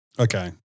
Okay